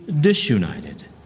disunited